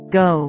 go